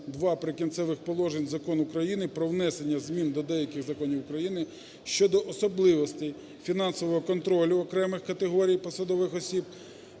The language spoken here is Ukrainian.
ІІ Прикінцевих положень Закону України "Про внесення змін до деяких законів України щодо особливостей фінансового контролю окремих категорій посадових осіб"